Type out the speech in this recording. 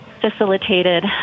facilitated